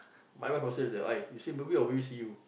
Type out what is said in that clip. my wife will say to me !oi! you see movie or movie see you